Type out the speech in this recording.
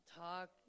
talk